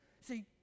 see